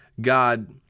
God